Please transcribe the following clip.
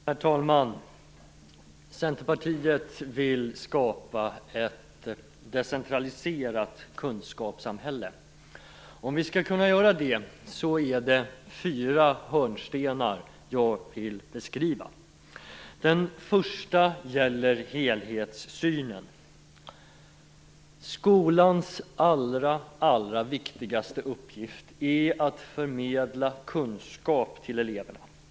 Herr talman! Centerpartiet vill skapa ett decentraliserat kunskapssamhälle. För att kunna göra det finns det fyra hörnstenar som jag vill beskriva. Den första hörnstenen gäller helhetssynen. Skolans allra viktigaste uppgift är att förmedla kunskap till eleverna.